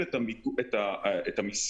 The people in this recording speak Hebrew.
הדוברים לפניי דיברו על כך,